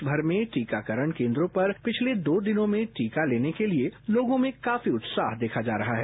देरा मर में टीकाकरन केन्द्रों पर पिछले दो दिन में टीका लेने के लिए लोनों में काफी उत्साह देखा जा रहा है